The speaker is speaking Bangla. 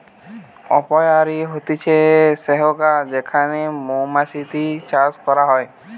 অপিয়ারী হতিছে সেহগা যেখানে মৌমাতছি চাষ করা হয়